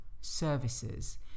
services